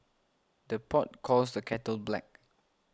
the pot calls the kettle black